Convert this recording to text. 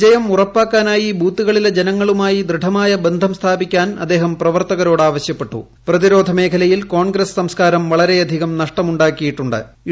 വിജയം ഉറപ്പാക്കാനായി ബൂത്തുകളിലെ ജനങ്ങളുമായി ദൃഢമായ ബ്ളസ്ഥാപിക്കാൻ അദ്ദേഹം പ്രവർത്തകരോട് ആവശ്യപ്പെട്ടും പ്രതിരോധ മേഖലയിൽ കോൺഗ്രസ് സംസ്ക്കാരം പ്രവിളരെയധികം നഷ്ടമു ാക്കിയിട്ടു ്